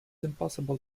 impossible